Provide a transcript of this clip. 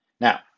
Now